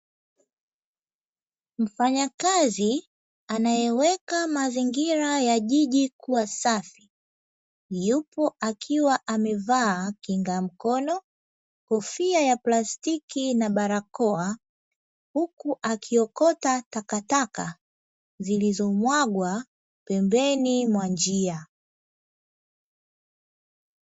Mfanyakazi anayeweka mazingira ya jiji kuwa safi. Yupo akiwa amevaa kinga mkono, kofia ya plastiki na barakoa; huku akiokota takataka zilizomwagwa pembeni mwa njia.